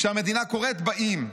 כשהמדינה קוראת, באים.